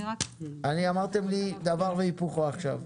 אמרתם לי דבר והיפוכו עכשיו.